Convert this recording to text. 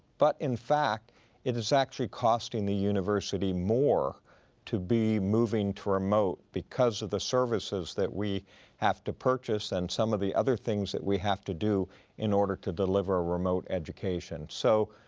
but in fact it is actually costing the university more to be moving to remote because of the services that we have to purchase and some of the other things that we have to do in order to deliver a remote education. so